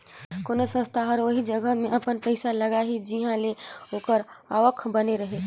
कोनोच संस्था हर ओही जगहा में अपन पइसा लगाही जिंहा ले ओकर आवक बने रहें